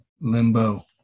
limbo